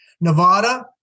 Nevada